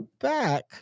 back